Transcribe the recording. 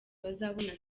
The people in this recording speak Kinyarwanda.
bazabona